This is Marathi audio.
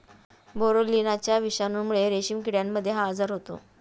बोरोलिनाच्या विषाणूमुळे रेशीम किड्यांमध्ये हा आजार होतो